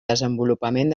desenvolupament